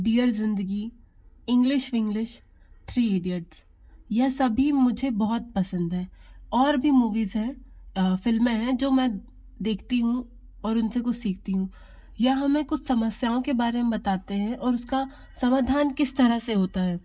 dear Zindagi English Vinglish three idiots यह सभी मुझे बहुत पसंद है और भी मूवीज़ है फ़िल्में हैं जो मैं देखती हूँ और उनसे कुछ सिखाती हूँ यह हमें कुछ समस्याओं के बारे में बताते हैं और उसका समाधान किस तरह से होता है